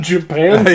Japan